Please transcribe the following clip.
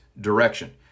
direction